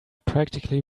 practically